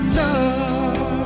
love